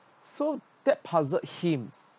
so that puzzled him